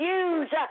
use